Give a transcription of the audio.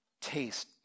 taste